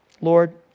Lord